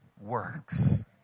works